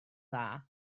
dda